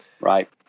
Right